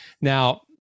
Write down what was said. Now